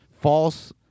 false